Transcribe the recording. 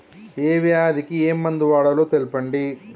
ఏ వ్యాధి కి ఏ మందు వాడాలో తెల్పండి?